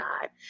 God